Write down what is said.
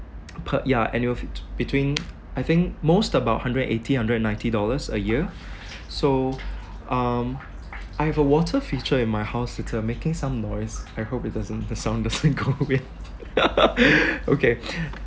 per ya annual fe~ between I think most about hundred and eighty hundred and ninety dollars a year so um I have a water feature in my house it's uh making some noise I hope it doesn't the sound doesn't go weird okay